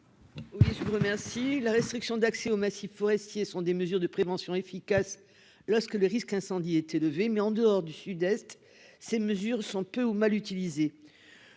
125. Je vous remercie. La restriction d'accès aux massifs forestiers sont des mesures de prévention efficace. Lorsque le risque incendie est élevé, mais en dehors du Sud-Est. Ces mesures sont peu ou mal utilisé.